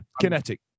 Kinetic